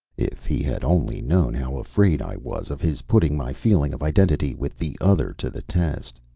if he had only known how afraid i was of his putting my feeling of identity with the other to the test!